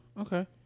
Okay